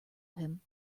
him